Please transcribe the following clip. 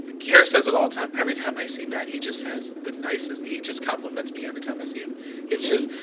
care says at all time. every time i see matt, he just says the nicest he just complements me every time i see him it's just